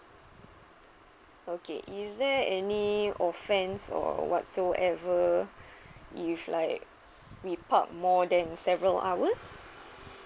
okay is there any offence or whatsoever if like we park more than several hours